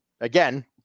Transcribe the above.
again